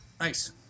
nice